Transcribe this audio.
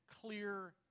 clear